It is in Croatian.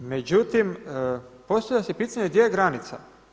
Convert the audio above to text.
Međutim, postavlja se pitanje gdje je granica?